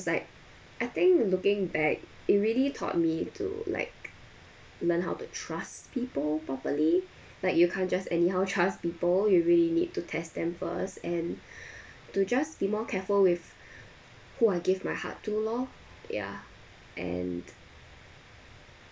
like I think looking back it really taught me to like learn how to trust people properly like you can't just anyhow trust people you really need to test them first and to just be more careful with who I gave my heart to lor ya and